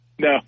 no